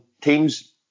teams